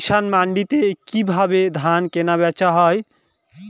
কৃষান মান্ডিতে কি ভাবে ধান কেনাবেচা হয়?